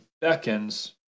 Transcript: beckons